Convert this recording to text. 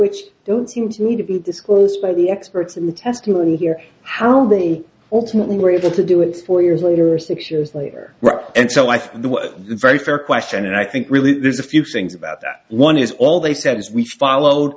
which don't seem to need to be disclosed by the experts in the testimony here how they ultimately were able to do it four years later six years later and so i think the were very fair question and i think really there's a few things about that one is all they said is we followed